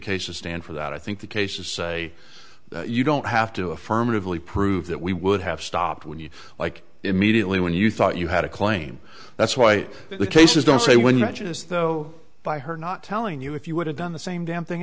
cases stand for that i think the cases say you don't have to affirmatively prove that we would have stopped when you like immediately when you thought you had a claim that's why the cases don't say when you act as though by her not telling you if you would have done the same